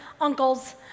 uncles